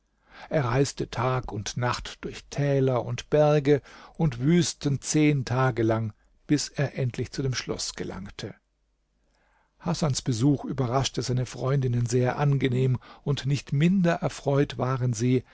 er reiste tag und nacht durch täler und berge und wüsten zehn tage lang bis er endlich zu dem schloß gelangte hasans besuch überraschte seine freundinnen sehr angenehm und nicht minder erfreut waren sie